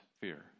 fear